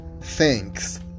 Thanks